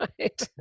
right